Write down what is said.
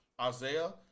Isaiah